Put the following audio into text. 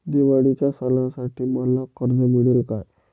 दिवाळीच्या सणासाठी मला कर्ज मिळेल काय?